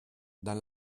dans